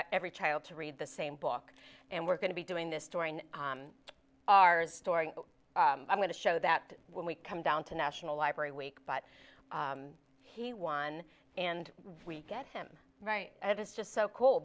same every child to read the same book and we're going to be doing this during our story i'm going to show that when we come down to national library week but he won and we get him right it is just so cool